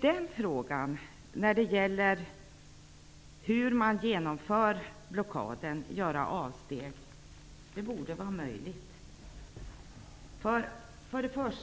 Det borde vara möjligt att göra avsteg även när det gäller hur blockaden genomförs.